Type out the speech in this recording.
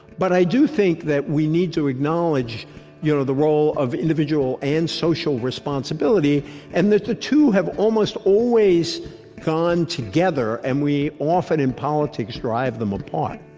but i do think that we need to acknowledge you know the role of individual and social responsibility and that the two have almost always gone together. and we often, in politics, drive them apart